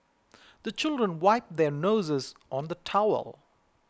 the children wipe their noses on the towel